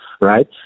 Right